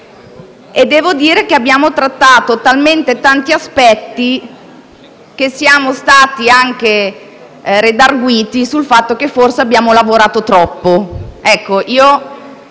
e devo dire che abbiamo trattato talmente tanti aspetti che siamo stati anche redarguiti per il fatto che forse abbiamo lavorato troppo.